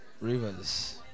rivers